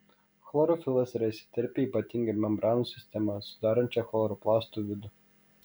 chlorofilas yra įsiterpęs į ypatingą membranų sistemą sudarančią chloroplastų vidų